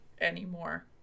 anymore